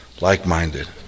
Like-minded